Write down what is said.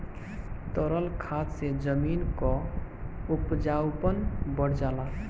तरल खाद से जमीन क उपजाऊपन बढ़ जाला